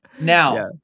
now